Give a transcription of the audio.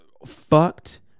Fucked